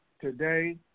today